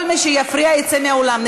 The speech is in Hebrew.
כל מי שיפריע, יצא מהאולם.